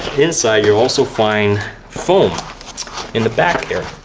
inside, you'll also find foam in the back here.